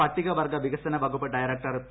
പട്ടികവർഗ വികസന പ്പകുപ്പ് ഡയറക്ടർ പി